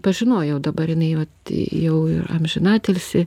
pažinojau dabar jinai vat jau yra amžinatilsį